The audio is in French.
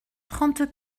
trente